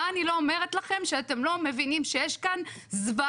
מה אני לא אומרת לכם שאתם לא מבינים שיש כאן זוועה,